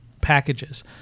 packages